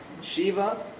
Shiva